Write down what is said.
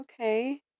Okay